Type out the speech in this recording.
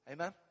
Amen